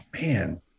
man